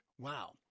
wow